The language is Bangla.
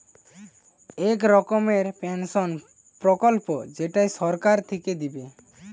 এক রকমের পেনসন প্রকল্প যেইটা সরকার থিকে দিবে